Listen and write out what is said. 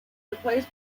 replaced